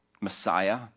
Messiah